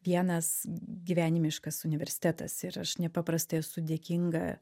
vienas gyvenimiškas universitetas ir aš nepaprastai esu dėkinga